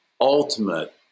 ultimate